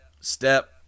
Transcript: step